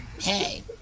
Hey